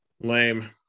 Lame